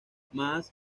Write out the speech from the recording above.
más